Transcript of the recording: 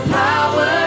power